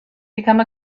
become